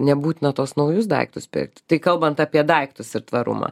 nebūtina tuos naujus daiktus pirkt tai kalbant apie daiktus ir tvarumą